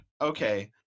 Okay